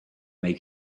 make